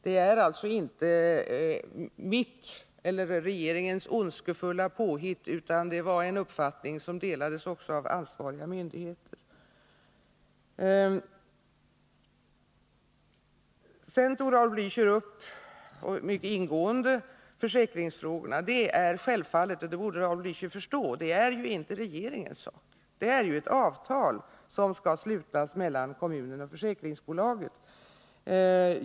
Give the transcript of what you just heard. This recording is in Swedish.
Det är alltså inte mitt eller regeringens ondskefulla påhitt, utan det var en uppfattning som delades också av ansvariga myndigheter. Sedan tog Raul Blächer mycket ingående upp försäkringsfrågorna. De är självfallet — och det borde Raul Blächer förstå — inte regeringens sak att handlägga. Det skall i detta avseende slutas ett avtal mellan kommunerna och försäkringsbolaget.